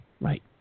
Right